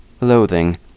loathing